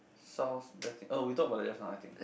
south betting oh we talk about that just now I think